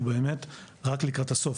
ובאמת רק לקראת הסוף.